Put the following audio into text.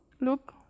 look